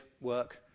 work